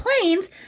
planes